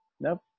Nope